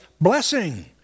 blessing